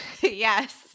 yes